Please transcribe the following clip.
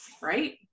right